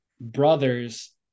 brothers